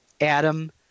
Adam